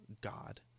god